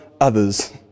others